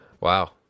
Wow